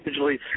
digitally